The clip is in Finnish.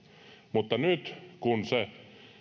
mutta nyt kun se